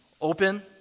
Open